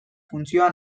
funtzioa